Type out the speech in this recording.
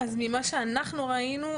ממה שאנחנו ראינו,